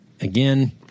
again